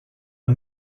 are